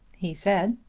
he said.